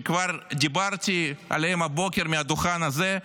שכבר דיברתי עליהן הבוקר מהדוכן הזה,